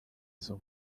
izo